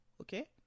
okay